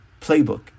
playbook